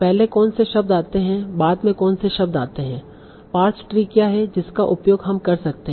पहले कौन से शब्द आते हैं बाद में कौन से शब्द आते हैं पार्स ट्री क्या है जिसका उपयोग हम कर सकते हैं